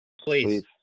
Please